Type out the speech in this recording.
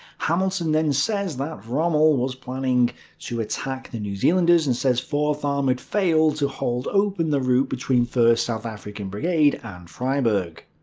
hamilton then says that rommel was planning to attack the new zealanders, and says fourth armoured failed to hold open the route between first south african brigade and freyberg,